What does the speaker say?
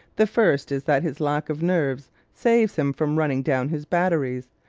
the first is that his lack of nerves saves him from running down his batteries.